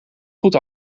goed